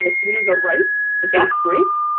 like tomatoes are ripe and tastes great,